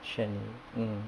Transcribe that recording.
悬疑 mm